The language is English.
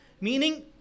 meaning